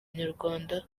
nyarwanda